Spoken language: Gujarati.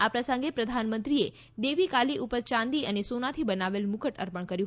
આ પ્રસંગે પ્રધાનમંત્રીએ દેવી કાલી ઉપર ચાંદી અને સોનાથી બનાવેલ મુકુટ અર્પણ કર્યું